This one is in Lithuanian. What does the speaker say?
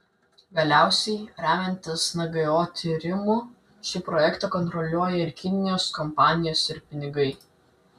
galiausiai remiantis ngo tyrimu šį projektą kontroliuoja kinijos kompanijos ir pinigai